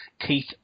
Keith